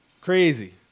Crazy